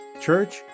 Church